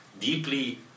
deeply